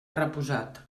reposat